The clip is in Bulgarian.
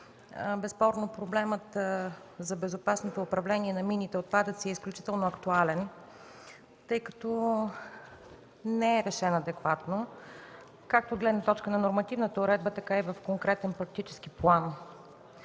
безспорно проблемът за безопасното управление на минните отпадъци е изключително актуален. Не е решен адекватно както от гледна точка на нормативната уредба, така и в конкретен практически план.